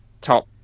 top